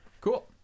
Cool